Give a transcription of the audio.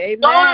Amen